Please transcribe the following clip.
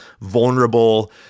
vulnerable